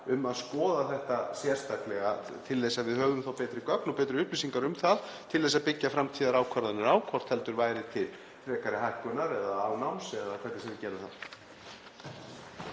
að skoða þetta sérstaklega til þess að við höfum þá betri gögn og betri upplýsingar um það til að byggja framtíðarákvarðanir á, hvort heldur væri til frekari hækkunar eða afnáms eða hvernig sem við gerum það.